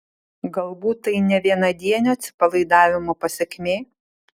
galbūt tai ne vienadienio atsipalaidavimo pasekmė